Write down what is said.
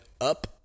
up